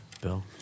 Bill